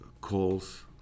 calls